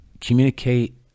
communicate